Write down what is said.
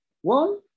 one